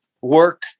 work